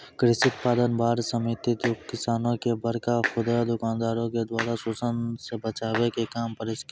कृषि उत्पाद बार समिति किसानो के बड़का खुदरा दुकानदारो के द्वारा शोषन से बचाबै के काम करै छै